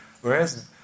Whereas